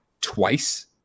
twice